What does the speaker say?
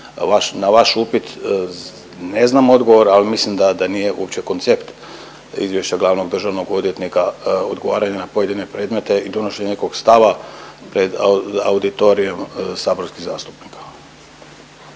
Na vaš upit ne znam odgovor, ali mislim da nije uopće koncept izvješća glavnog državnog odvjetnika odgovaranje na pojedine predmete i donošenje nekog stava pred auditorijem saborskih zastupnika.